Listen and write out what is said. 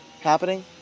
happening